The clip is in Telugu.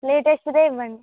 లేటెస్ట్దే ఇవ్వండి